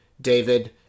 David